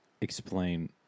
explain